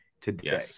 today